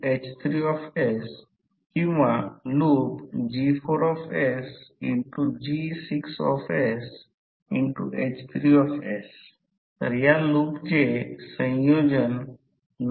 त्याचप्रमाणे eddy current power loss Pe Ke f 2 Bmax2 V watt ने दिले जाते आहे